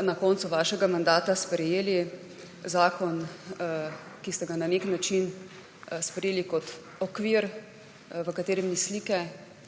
na koncu svojega mandata sprejeli, zakon, ki ste ga na nek način sprejeli kot okvir, v katerem ni slike.